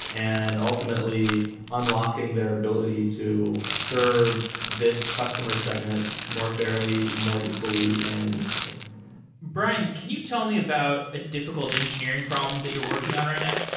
and ultimately unlocking their ability to serve this customer segment more fairly, more equally and instantly brian, can you tell me about a difficult engineering problem that you're working on right now?